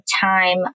time